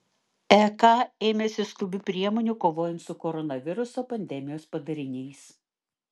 ek ėmėsi skubių priemonių kovojant su koronaviruso pandemijos padariniais